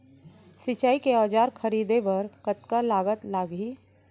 सिंचाई के औजार खरीदे बर कतका लागत लागही?